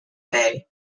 bay